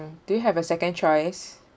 do you have a second choice